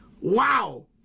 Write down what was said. Wow